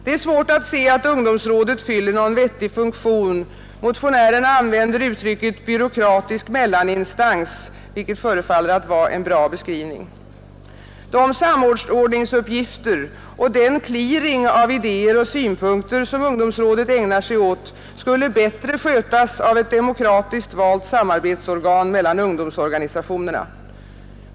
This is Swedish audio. Det är svårt att se att ungdomsrådet fyller någon vettig funktion — motionärerna använder uttrycket ”byråkratisk mellaninstans”, vilket förefaller att vara en bra beskrivning. De samordningsuppgifter och den clearing av idéer och synpunkter som ungdomsrådet ägnar sig åt skulle bättre skötas av ett demokratiskt valt samarbetsorgan mellan ungdomsorganisationerna.